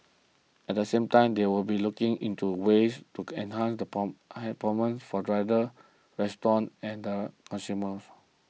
at the same time they will be looking into ways to enhance performance for riders restaurants and the consumers